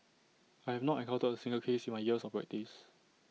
I have not encountered A single case in my years of practice